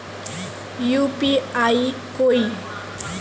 UPI कोई